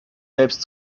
selbst